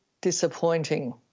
disappointing